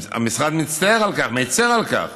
המשרד מצטער על כך, מצר על כך,